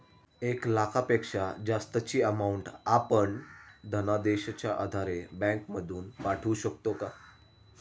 एक लाखापेक्षा जास्तची अमाउंट आपण धनादेशच्या आधारे बँक मधून पाठवू शकतो का?